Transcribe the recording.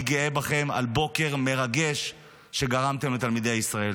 אני גאה בכם על בוקר מרגש שגרמתם לתלמידי ישראל.